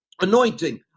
anointing